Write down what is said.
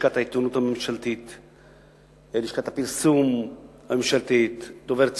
לשכת העיתונות הממשלתית ולשכת הפרסום הממשלתית ודובר צה"ל,